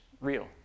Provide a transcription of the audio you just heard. real